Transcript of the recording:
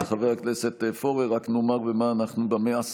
חבר הכנסת פורר, רק נאמר במה עסקינן.